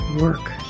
Work